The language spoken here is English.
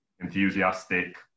enthusiastic